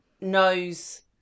knows